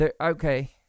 Okay